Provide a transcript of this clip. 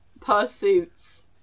pursuits